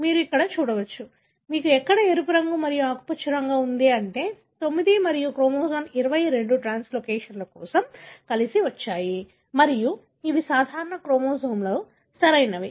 మీరు ఇక్కడ చూడవచ్చు మీకు ఇక్కడ ఎరుపు మరియు ఆకుపచ్చ రంగు ఉంది అంటే 9 మరియు క్రోమోజోమ్ 22 ట్రాన్స్లోకేషన్ కోసం కలిసి వచ్చాయి మరియు ఇవి సాధారణ క్రోమోజోములు సరియైనవి